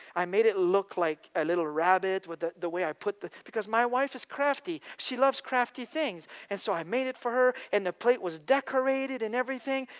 i made it look like a little rabbit with the the way i put the. because my wife is crafty. she loves crafty things. and so i made it for her, and the plate was decorated and everything.